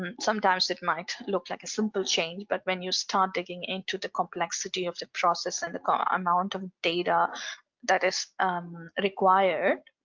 um sometimes it might look like a simple change but when you start digging into the complexity of the process and the amount of data that is required.